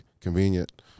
convenient